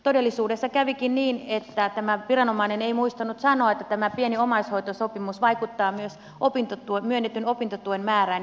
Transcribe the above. todellisuudessa kävikin niin että tämä viranomainen ei muistanut sanoa että tämä pieni omaishoitosopimus vaikuttaa myös myönnetyn opintotuen määrään